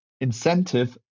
incentive